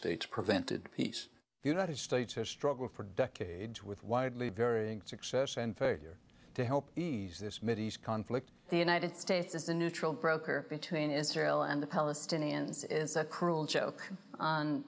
states prevented peace the united states has struggled for decades with widely varying success and failure to help ease this mideast conflict the united states is the neutral broker between israel and the palestinians is a cruel joke on